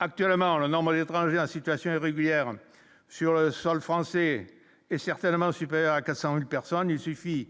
Actuellement le étrangers en situation irrégulière sur le sol français est certainement supérieur à 400000 personnes, il suffit